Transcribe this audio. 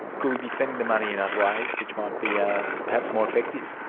could we be spending the money in other ways which might be yeah perhaps more effective?